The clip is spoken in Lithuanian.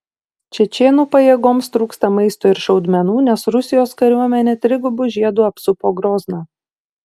čečėnų pajėgoms trūksta maisto ir šaudmenų nes rusijos kariuomenė trigubu žiedu apsupo grozną